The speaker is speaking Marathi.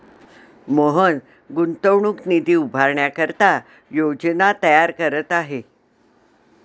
मोहन गुंतवणूक निधी उभारण्याकरिता योजना तयार करत आहे